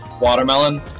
watermelon